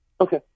Okay